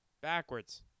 Backwards